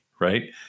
Right